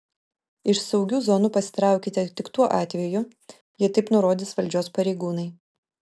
iš saugių zonų pasitraukite tik tuo atveju jei taip nurodys valdžios pareigūnai